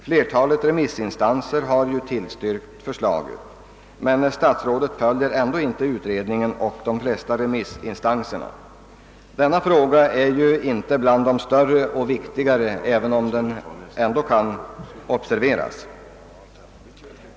Flertalet remissinstanser har tillstyrkt detta förslag. Statsrådet följer emellertid inte utredningens och de flesta remissinstansers rekommendationer. Denna fråga tillhör visserligen inte de större och viktigare, men den bör ändå observeras.